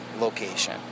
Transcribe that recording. location